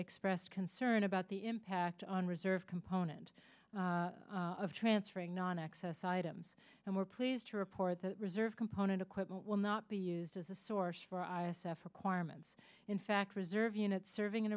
expressed concern about the impact on reserve component of transferring non access items and we're pleased to report that reserve component equipment will not be used as a source for i s f requirements in fact reserve units serving in